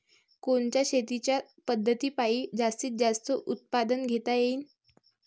कोनच्या शेतीच्या पद्धतीपायी जास्तीत जास्त उत्पादन घेता येईल?